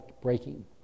breaking